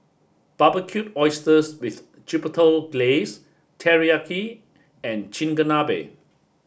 Barbecued Oysters with Chipotle Glaze Teriyaki and Chigenabe